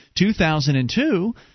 2002